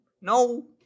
No